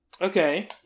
Okay